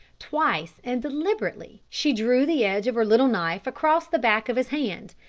twice and deliberately she drew the edge of her little knife across the back of his hand,